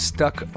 Stuck